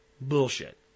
Bullshit